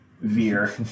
veer